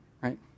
right